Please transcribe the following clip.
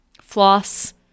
floss